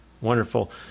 Wonderful